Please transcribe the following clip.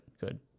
good